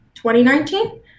2019